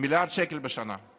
הרעיון המגוחך הזה,